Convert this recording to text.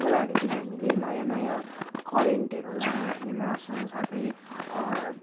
खोलाहरूतिर हामीले नयाँ नयाँ करेन्टहरू लगाएर हामी मार्छौँ साथै